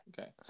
Okay